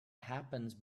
happens